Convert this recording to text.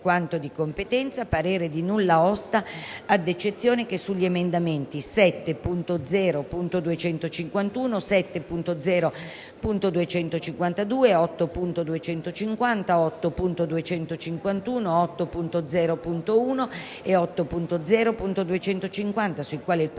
quanto di competenza, parere di nulla osta ad eccezione che sugli emendamenti 7.0.251, 7.0.252, 8.250, 8.251, 8.0.1 e 8.0.250, sui quali il